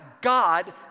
God